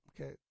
okay